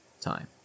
time